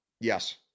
Yes